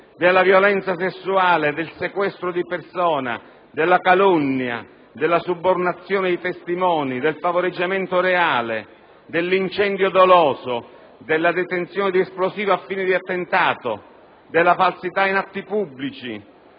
della violenza sessuale, del sequestro di persona, della calunnia, della subornazione di testimoni, del favoreggiamento reale, dell'incendio doloso, della detenzione di esplosivo a fine di attentato, del falso in atto pubblico,